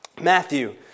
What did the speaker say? Matthew